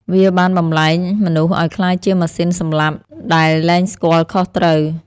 វាបានបំប្លែងមនុស្សឱ្យក្លាយជាម៉ាស៊ីនសម្លាប់ ដែលលែងស្គាល់ខុសត្រូវ។